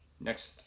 Next